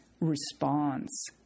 response